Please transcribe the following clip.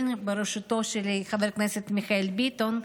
בראשותו של חבר הכנסת מיכאל ביטון,